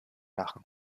lachen